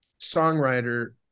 songwriter